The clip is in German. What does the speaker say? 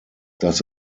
dass